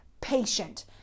patient